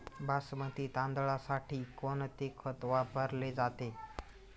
बासमती तांदळासाठी कोणते खत वापरले जाते?